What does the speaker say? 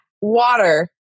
water